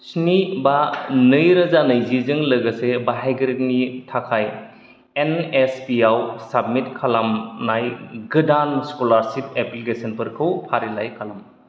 स्नि बा नै रोजा नैजि जों लोगोसे बाहायगिरिनि थाखाय एनएसपि आव साबमिथ खालामनाय गोदान स्कलारसिफ एप्लिकेसनफोरखौ फारिलाय खालाम